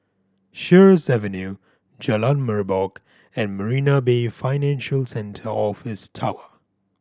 Sheares Avenue Jalan Merbok and Marina Bay Financial Centre Office Tower